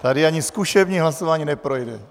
Tady ani zkušební hlasování neprojde.